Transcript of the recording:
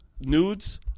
nudes